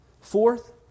fourth